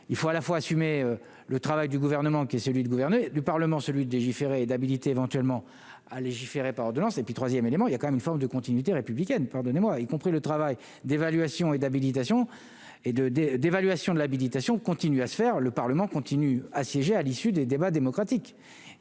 il faut à la fois assumer le travail du gouvernement qui est celui du gouvernement, du Parlement, celui de légiférer et d'habilité éventuellement à légiférer par ordonnances et puis 3ème élément, il y a quand même une forme de continuité républicaine, pardonnez-moi, y compris le travail d'évaluation et d'habilitation et de, de, d'évaluation de la méditation continue à faire le Parlement continue à siéger à l'issue des débats démocratiques